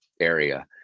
area